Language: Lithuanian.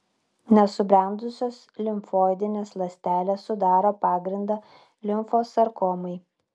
nesubrendusios limfoidinės ląstelės sudaro pagrindą limfosarkomai